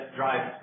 drive